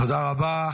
תודה רבה.